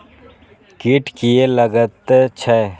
कीट किये लगैत छै?